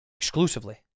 Exclusively